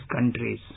countries